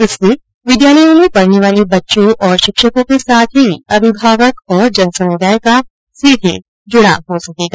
इससे विद्यालयों में पढ़ने वाले बच्चों शिक्षकों के साथ ही अभिभावक और जन समुदाय का सीधे जुड़ाव हो सकेगा